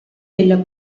della